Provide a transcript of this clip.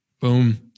Boom